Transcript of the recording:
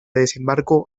desembarco